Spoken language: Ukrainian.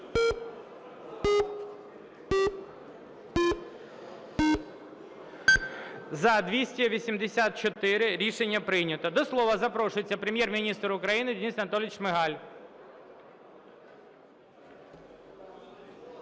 За-284 Рішення прийнято. До слова запрошується Прем’єр-міністр України Денис Анатолійович Шмигаль.